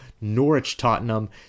Norwich-Tottenham